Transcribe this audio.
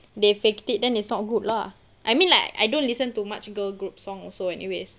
they faked it then it's not good lah I mean like I don't listen too much girl groups song also anyways